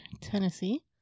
tennessee